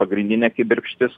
pagrindinė kibirkštis